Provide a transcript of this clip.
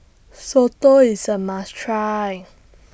Soto IS A must Try